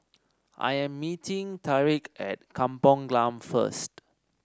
I'm meeting Tarik at Kampung Glam first